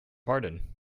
pardon